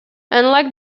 unlike